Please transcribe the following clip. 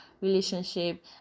relationship